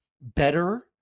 better